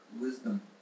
wisdom